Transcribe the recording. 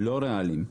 לא ריאליים.